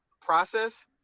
process